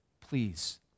please